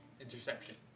interception